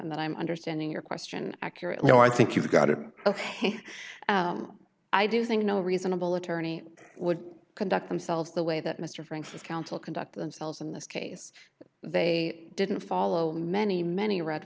and that i'm understanding your question accurately now i think you got it ok i do think no reasonable attorney would conduct themselves the way that mr franks has counsel conduct themselves in this case they didn't follow many many red